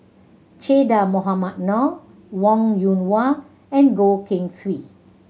Che Dah Mohamed Noor Wong Yoon Wah and Goh Keng Swee